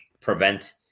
prevent